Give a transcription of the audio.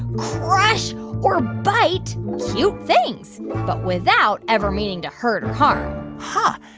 crush or bite cute things but without ever meaning to hurt or harm huh.